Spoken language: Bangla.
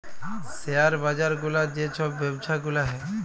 শেয়ার বাজার গুলার যে ছব ব্যবছা গুলা হ্যয়